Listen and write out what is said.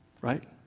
right